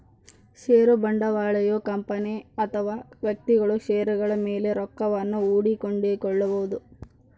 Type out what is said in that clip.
ಷೇರು ಬಂಡವಾಳಯು ಕಂಪನಿ ಅಥವಾ ವ್ಯಕ್ತಿಗಳು ಷೇರುಗಳ ಮೇಲೆ ರೊಕ್ಕವನ್ನು ಹೂಡಿ ಕೊಂಡುಕೊಳ್ಳಬೊದು